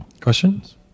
Questions